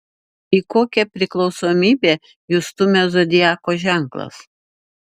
į kokią priklausomybę jus stumia zodiako ženklas